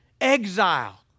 exile